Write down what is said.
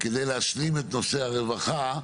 כדי להשלים את נושא הרווחה,